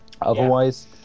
Otherwise